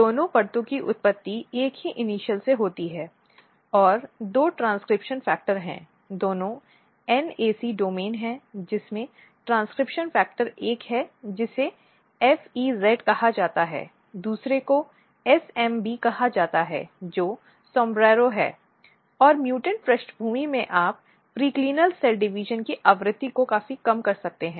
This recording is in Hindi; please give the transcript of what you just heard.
दोनों परतों की उत्पत्ति एक ही इनिशियल से होती है और दो ट्रांसक्रिप्शन फैक्टर हैं दोनों NAC डोमेन हैं जिसमें ट्रांसक्रिप्शन फैक्टर एक है जिसे FEZ कहा जाता है दूसरे को SMB कहा जाता है जो SOMBRERO है और म्युटेंट पृष्ठभूमि में आप पेरिकाइनल कोशिका विभाजन की आवृत्ति को काफी कम कर सकते हैं